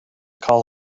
call